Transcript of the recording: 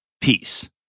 peace